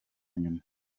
nyuma